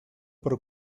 para